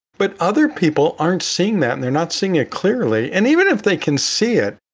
but other people aren't seeing that and they're not seeing it clearly. and even if they can see it,